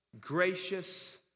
gracious